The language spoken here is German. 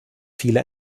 viele